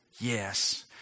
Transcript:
yes